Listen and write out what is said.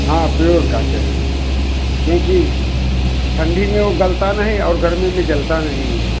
हाँ pure cotton क्योंकि ठंडी में वो गलता नहीं और गर्मी में जलता नहीं